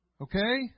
Okay